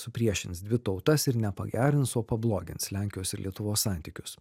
supriešins dvi tautas ir nepagerins o pablogins lenkijos ir lietuvos santykius